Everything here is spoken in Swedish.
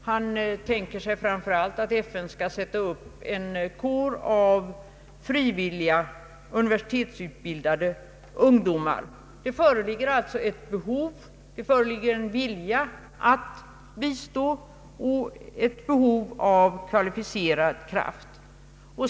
Han tänker sig framför allt att FN skall sätta upp en kår av frivilliga universitetsutbildade ungdomar. Det föreligger alltså ett behov av hjälp, en vilja att bistå och ett behov av kvalificerad kraft.